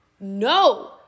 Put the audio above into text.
no